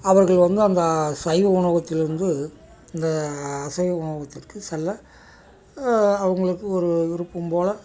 அவர்கள் வந்து அந்த சைவ உணவகத்தில் இருந்து இந்த அசைவ உணவகத்திற்கு செல்ல அவங்களுக்கு ஒரு விருப்பம் போல்